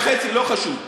ל-1.5 שקל, לא חשוב.